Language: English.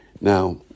Now